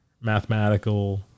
mathematical